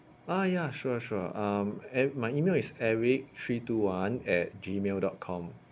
ah ya sure sure um at my email is eric three two one at G mail dot com